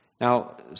Now